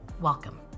Welcome